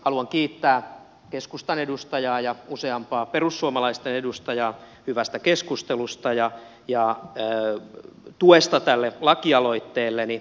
haluan kiittää keskustan edustajaa ja useampaa perussuomalaisten edustajaa hyvästä keskustelusta ja tuesta tälle lakialoitteelleni